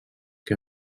que